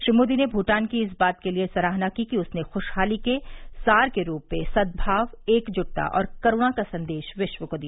श्री मोदी ने भूटान की इस बात के लिए सराहना की कि उसने खुशहाली के सार के रूप में सदभाव एकजुटता और करूणा का संदेश विश्व को दिया